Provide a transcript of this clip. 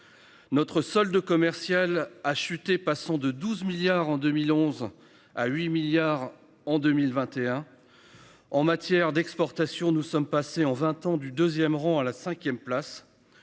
Notre solde commercial a chuté, passant de 12 milliards en 2011 à 8 milliards en 2021. En matière d'exportation. Nous sommes passés en 20 ans du 2ème rang à la 5ème place.